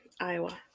Iowa